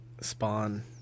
Spawn